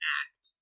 act